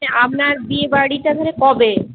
আপনার বিয়ে বাড়িটা তাহলে কবে